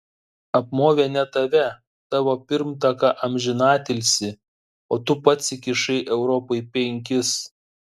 apmovė ne tave tavo pirmtaką amžinatilsį o tu pats įkišai europai penkis